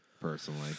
personally